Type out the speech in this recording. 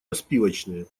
распивочные